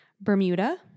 Bermuda